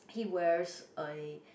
he wears a